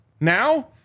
Now